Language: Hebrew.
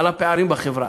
על הפערים בחברה.